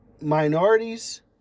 minorities